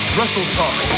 WrestleTalk